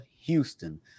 Houston